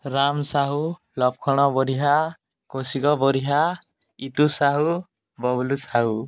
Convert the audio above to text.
Ram Sahu Laxman Badhia Koushik Badhia Itu Sahu Bubulu Sahu